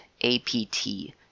A-P-T